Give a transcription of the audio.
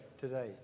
today